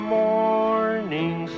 morning